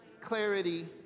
clarity